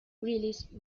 released